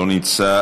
לא נמצא,